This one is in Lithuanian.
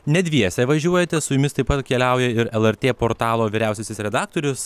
ne dviese važiuojate su jumis taip pat keliauja ir lrt portalo vyriausiasis redaktorius